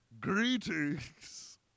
Greetings